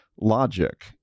logic